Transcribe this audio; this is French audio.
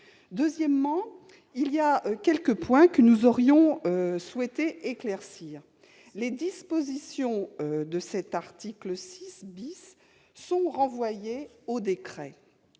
De plus, il y a quelques points que nous aurions souhaité éclaircir. Les dispositions de cet article 6 sont renvoyées au décret.